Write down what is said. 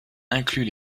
inclut